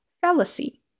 fallacy